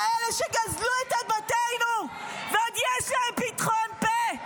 כאלה שגזלו את בתינו, ועוד יש להם פתחון פה.